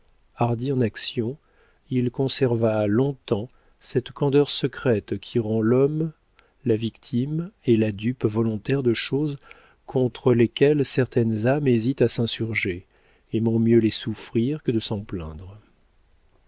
en actions il conserva long-temps cette candeur secrète qui rend l'homme la victime et la dupe volontaire de choses contre lesquelles certaines âmes hésitent à s'insurger aimant mieux les souffrir que de s'en plaindre